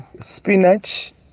spinach